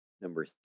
number